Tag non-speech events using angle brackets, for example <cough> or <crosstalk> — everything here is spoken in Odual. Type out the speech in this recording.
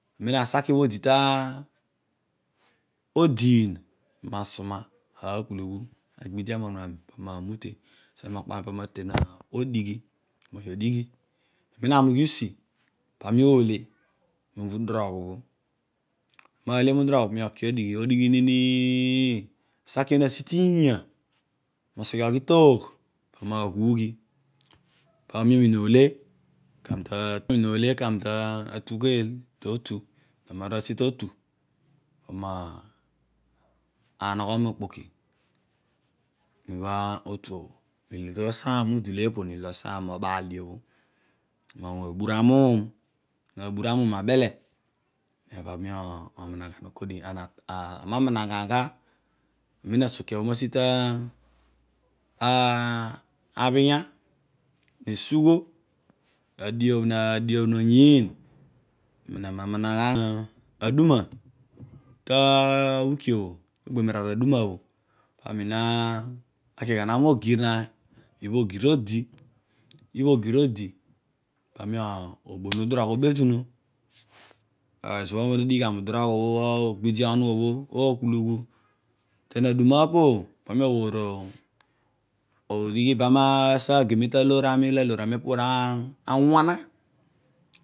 Amem asalei bho odi todiin pami nasuma akpulughu agbidia munu aami pami na mute <noise> aseghe mokpo aami pama na alen odighi moghi odighi amem aami ughiusi paami ole ubha udirogh obho ami nale modirobh paami ole odighi odighi nini ni ni ni ni asaki bho nasi iinya moseghe oghi toogh paami naghuge aghi toogh paami naghughi paami omina ole mina ole kedio ami ta tugheel to tu ami naru asi totu pami nanegho mokpoki mabha otu bho milo to asaam adule opo milo osaam no baal dio bho pami oghi obara amuum ami nabura muum abele den pami omaghanan <noise> ogi ami namaghanan gha mamen asokie bho nasi ta <unintelligible> abhenya nesugho diobh noyiin pamem ami na maghanan gha, odighi ibam asaage me taloor olo aloor ami amaar awana